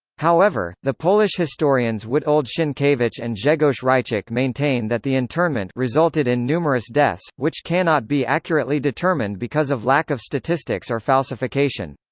however, the polish historians witold sienkiewicz and grzegorz hryciuk maintain that the internment resulted in numerous deaths, which cannot be accurately determined because of lack of statistics or falsification.